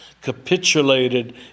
Capitulated